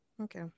Okay